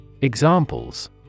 Examples